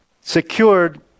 secured